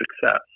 success